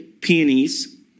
Peonies